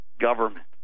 government